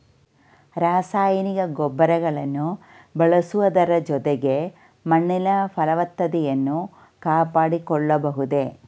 ರಾಸಾಯನಿಕ ಗೊಬ್ಬರಗಳನ್ನು ಬಳಸುವುದರ ಜೊತೆಗೆ ಮಣ್ಣಿನ ಫಲವತ್ತತೆಯನ್ನು ಕಾಪಾಡಿಕೊಳ್ಳಬಹುದೇ?